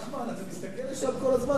נחמן, אתה מסתכל לשם כל הזמן.